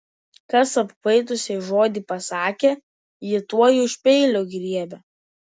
kas apkvaitusiai žodį pasakė ji tuoj už peilio griebia